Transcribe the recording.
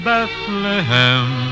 Bethlehem